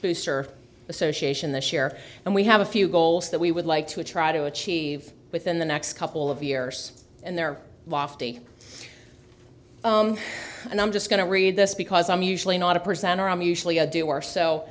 booster association the share and we have a few goals that we would like to try to achieve within the next couple of years and they're lofty and i'm just going to read this because i'm usually not a present or i'm usually a doer so